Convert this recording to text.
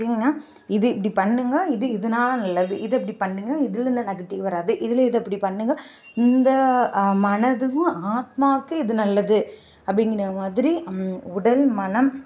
க்ளீனாக இது இப்படி பண்ணுங்க இது இதனால நல்லது இதை இப்படி பண்ணுங்க இதில் இந்த நெகட்டிவ் வராது இதில் இதை இப்படி பண்ணுங்க இந்த மனதும் ஆத்மாவுக்கு இது நல்லது அப்படிங்குற மாதிரி உடல் மனம்